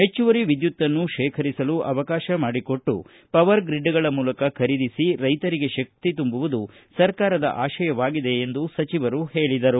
ಹೆಚ್ನುವರಿ ವಿದ್ಯುತ್ನ್ನು ಶೇಖರಿಸಿಲು ಅವಕಾಶ ಮಾಡಿಕೊಟ್ಟು ಪವರ್ ಗ್ರೀಡ್ಗಳ ಮೂಲಕ ಖರೀದಿಸಿ ರೈತರಿಗೆ ಶಕ್ತಿ ತುಂಬುವುದು ಸರ್ಕಾರದ ಆಶಯವಾಗಿದೆ ಎಂದು ಸಚಿವರು ಹೇಳಿದರು